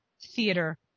Theater